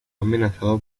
amenazado